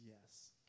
Yes